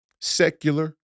secular